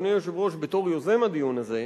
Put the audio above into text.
אדוני היושב-ראש בתור יוזם הדיון הזה,